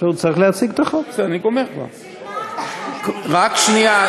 בשביל מה אתה מחוקק חוק, רק שנייה.